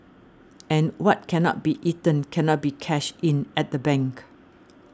and what cannot be eaten cannot be cashed in at the bank